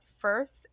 first